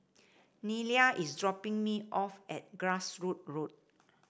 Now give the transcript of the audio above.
Nelia is dropping me off at Grassroots Road